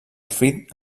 fruit